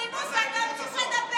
בושה,